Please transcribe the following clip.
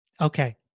Okay